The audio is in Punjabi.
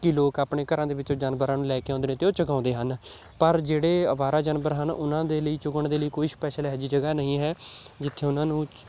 ਕਿ ਲੋਕ ਆਪਣੇ ਘਰਾਂ ਦੇ ਵਿੱਚੋਂ ਜਾਨਵਰਾਂ ਨੂੰ ਲੈ ਕੇ ਆਉਂਦੇ ਨੇ ਅਤੇ ਉਹ ਚੁਗਾਉਂਦੇ ਹਨ ਪਰ ਜਿਹੜੇ ਅਵਾਰਾ ਜਾਨਵਰ ਹਨ ਉਹਨਾਂ ਦੇ ਲਈ ਚੁਗਣ ਦੇ ਲਈ ਕੋਈ ਸਪੈਸ਼ਲ ਇਹੋ ਜਿਹੀ ਜਗ੍ਹਾ ਨਹੀਂ ਹੈ ਜਿੱਥੇ ਉਹਨਾਂ ਨੂੰ